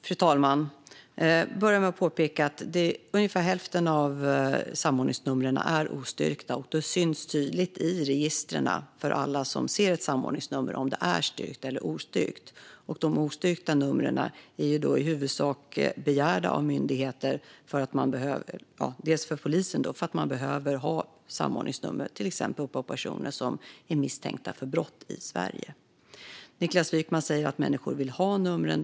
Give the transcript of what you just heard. Fru talman! Jag vill börja med att påpeka att ungefär hälften av samordningsnumren är ostyrkta. Det syns tydligt i registren om ett samordningsnummer är styrkt eller ostyrkt. De ostyrkta samordningsnumren är i huvudsak begärda av till exempel polisen som behöver dem för personer som är misstänkta för brott i Sverige. Niklas Wykman säger att människor vill ha dessa nummer.